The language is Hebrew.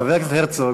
חבר הכנסת הרצוג.